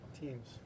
teams